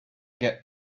get